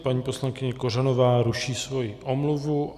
Paní poslankyně Kořanová ruší svoji omluvu.